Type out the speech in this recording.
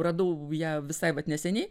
radau ją visai neseniai